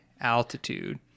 altitude